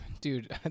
Dude